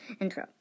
intro